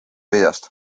videost